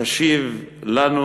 תשיב לנו